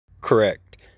Correct